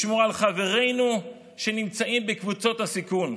לשמור על חברינו שנמצאים בקבוצות הסיכון.